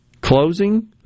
closing